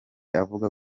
avuga